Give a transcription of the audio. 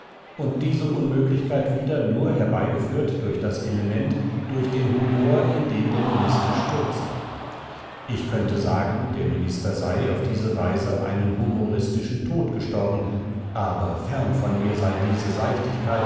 und diese unmöglichkeit wieder nur herbeigeführt durch das element durch den humor in den der minister stürzte ich könnte sagen der minister sei auf diese weise einen humoristischen tod gestorben aber fern von mir sei diese